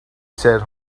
said